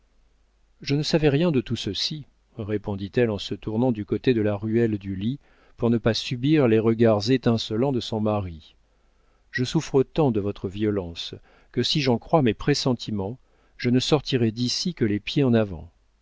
je ne savais rien de tout ceci répondit-elle en se tournant du côté de la ruelle du lit pour ne pas subir les regards étincelants de son mari je souffre tant de votre violence que si j'en crois mes pressentiments je ne sortirai d'ici que les pieds en avant